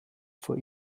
vor